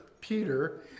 Peter